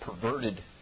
perverted